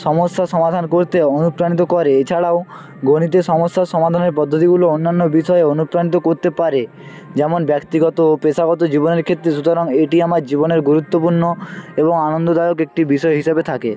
সমস্যার সমাধান করতে অনুপ্রাণিত করে এছাড়াও গণিতের সমস্যা সমাধানের পদ্ধতিগুলো অন্যান্য বিষয়ে অনুপ্রাণিত করতে পারে যেমন ব্যক্তিগত ও পেশাগত জীবনের ক্ষেত্রে সুতরাং এটি আমার জীবনের গুরুত্বপূর্ণ এবং আনন্দদায়ক একটি বিষয় হিসেবে থাকে